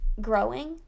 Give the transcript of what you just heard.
growing